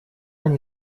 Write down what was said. они